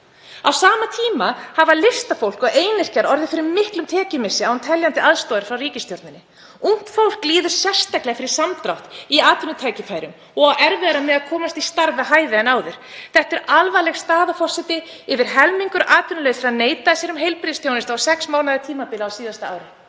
Á sama tíma hefur listafólk og einyrkjar orðið fyrir miklum tekjumissi án teljandi aðstoðar frá ríkisstjórninni. Ungt fólk líður sérstaklega fyrir samdrátt í atvinnutækifærum og á erfiðara með að komast í starf við hæfi en áður. Þetta er alvarleg staða, forseti. Yfir helmingur atvinnulausra neitaði sér um heilbrigðisþjónustu á sex mánaða tímabili á síðasta ári.